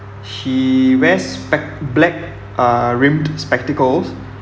she wears spec~ black uh rimmed spectacles